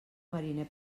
mariner